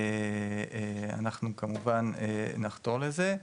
אנחנו כמובן, נחתור לזה,